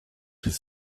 his